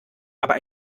aber